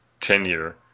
tenure